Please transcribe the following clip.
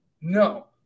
No